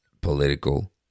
political